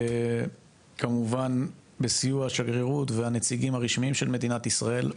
כמובן בסיוע השגרירות והנציגים הרשמיים של מדינת ישראל.